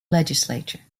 legislature